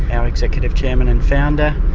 our executive chairman and founder,